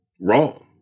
wrong